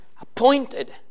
appointed